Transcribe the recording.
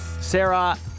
Sarah